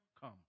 come